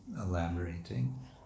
elaborating